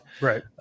Right